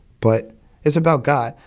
but it's about god.